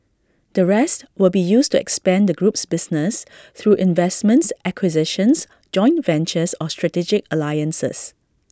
the rest will be used to expand the group's business through investments acquisitions joint ventures or strategic alliances